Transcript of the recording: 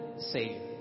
Savior